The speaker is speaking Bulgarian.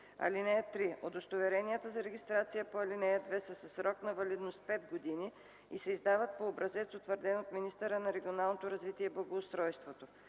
(3) Удостоверенията за регистрация по ал. 2 са със срок на валидност 5 (пет) години и се издават по образец, утвърден от министъра на регионалното развитие и благоустройство.